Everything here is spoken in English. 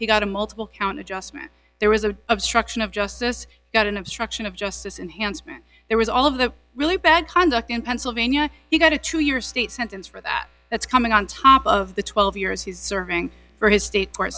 he got a multiple count adjustment there was a obstruction of justice got an obstruction of justice enhanced there was all of the really bad conduct in pennsylvania he got a two year state sentence for that that's coming on top of the twelve years he's serving for his state court